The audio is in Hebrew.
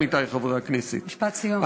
עמיתי חברי הכנסת משפט סיום,